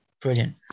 Brilliant